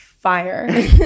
Fire